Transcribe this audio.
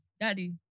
Daddy